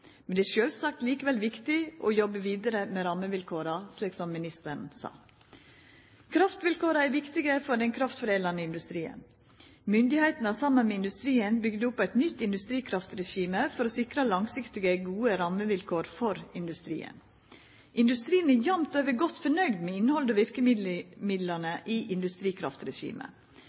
men det er sjølvsagt likevel viktig å jobba vidare med rammevilkåra, slik som ministeren sa. Kraftvilkåra er viktige for den kraftforedlande industrien. Myndigheitene har saman med industrien bygd opp eit nytt industrikraftregime for å sikra langsiktige, gode rammevilkår for industrien. Industrien er jamt over godt fornøgd med innhaldet og verkemidla i